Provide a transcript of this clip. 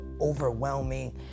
overwhelming